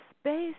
space